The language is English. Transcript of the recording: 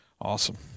Awesome